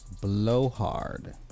blowhard